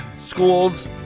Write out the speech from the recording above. schools